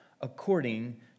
according